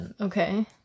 okay